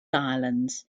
islands